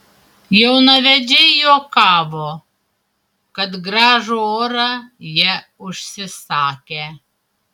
jaunavedžiai juokavo kad gražų orą jie užsisakę